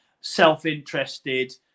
self-interested